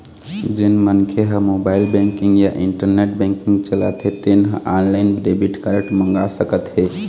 जेन मनखे ह मोबाईल बेंकिंग या इंटरनेट बेंकिंग चलाथे तेन ह ऑनलाईन डेबिट कारड मंगा सकत हे